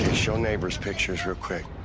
show neighbors pictures real quick.